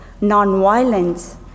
non-violence